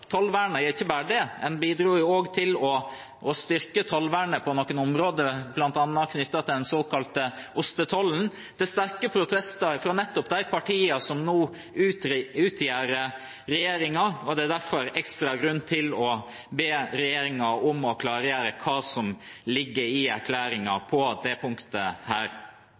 tollvernet, og ikke bare det, en bidro også til å styrke tollvernet på noen områder, bl.a. knyttet til den såkalte ostetollen, til sterke protester fra nettopp de partiene som nå utgjør regjeringen. Derfor er det ekstra grunn til å be regjeringen om å klargjøre hva som ligger i erklæringen på dette punktet.